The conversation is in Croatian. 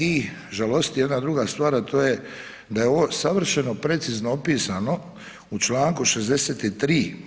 I žalosti i jedna druga stvar, a to je da je ovo savršeno precizno opisano u Članku 63.